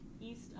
east